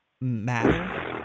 Matter